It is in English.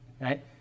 right